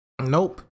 Nope